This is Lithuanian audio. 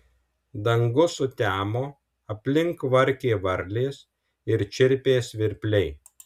dangus sutemo aplink kvarkė varlės ir čirpė svirpliai